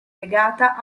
legata